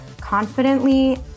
confidently